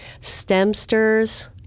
STEMsters